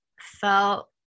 felt